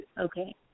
Okay